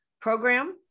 program